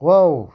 wow